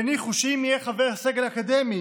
הניחו שאם חבר הסגל האקדמי